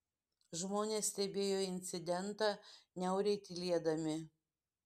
žmonės stebėjo incidentą niauriai tylėdami